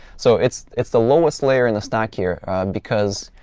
so it's it's the lowest layer in the stack here because,